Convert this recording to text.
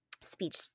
speech